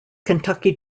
kentucky